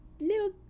little